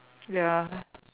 ya